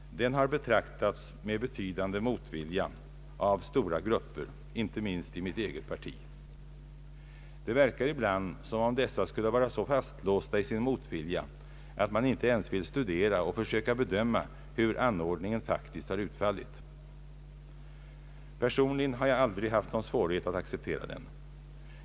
Den har betraktats med betydande motvilja av stora grupper, inte minst inom mitt eget parti. Det verkar ibland som om dessa vore så fastlåsta i sin motvilja att man inte ens vill studera och försöka bedöma hur anordningen faktiskt har utfallit. Personligen har jag aldrig haft någon svårighet att acceptera den.